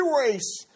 race